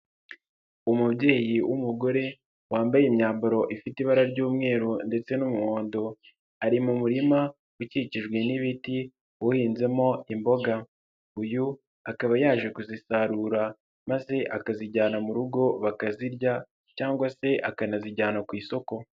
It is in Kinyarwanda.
Umubyeyi w'umugore wambaye imyambaro ifite ibara ry'umweru ndetse n'umuhondo, ari mu murima ukikijwe n'ibiti uhinzemo imboga. Uyu akaba yaje kuzisarura maze akazijyana mu rugo bakazirya cyangwa se akanazijyana ku isoko.